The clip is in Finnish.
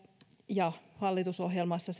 ja hallitusohjelmassa